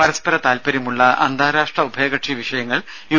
പരസ്പര താൽപര്യമുള്ള അന്താരാഷ്ട്ര ഉഭയകക്ഷി വിഷയങ്ങൾ യു